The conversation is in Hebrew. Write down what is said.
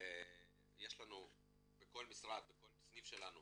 ויש לנו בכל משרד, בכל סניף שלנו